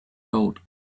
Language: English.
road